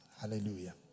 Hallelujah